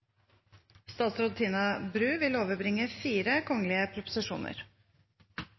Statsråd Tina Bru vil overbringe